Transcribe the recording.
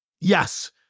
Yes